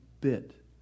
bit